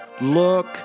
look